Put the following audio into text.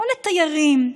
לא לתיירים,